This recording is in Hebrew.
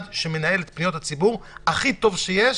שמנהל את פניות הציבור הכי טוב שיש,